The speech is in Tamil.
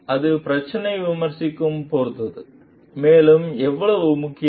அது பிரச்சினை விமர்சிக்கும் பொறுத்தது மேலும் எவ்வளவு முக்கியம்